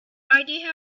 idea